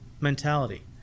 mentality